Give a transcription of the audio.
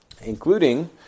including